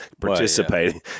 participating